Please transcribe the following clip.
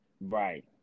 Right